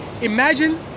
imagine